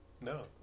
No